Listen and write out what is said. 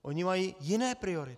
Oni mají jiné priority.